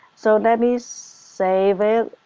so let me save it,